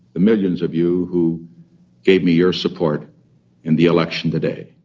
the millions of you who gave me your support in the election today